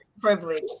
privilege